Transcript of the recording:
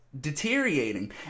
deteriorating